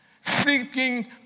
seeking